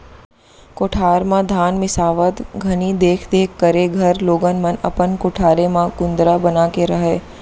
कोठार म धान मिंसावत घनी देख देख करे घर लोगन मन अपन कोठारे म कुंदरा बना के रहयँ